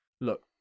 look